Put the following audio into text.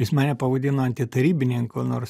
jis mane pavadino antitarybininku nors